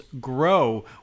grow